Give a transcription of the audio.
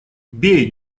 бей